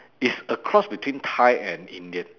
it's a cross between thai and indian